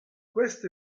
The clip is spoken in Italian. questi